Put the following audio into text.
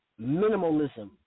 minimalism